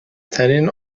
ترین